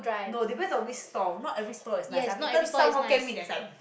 no depends on which stall not every stall is nice I have eaten some Hokkien Mee that is like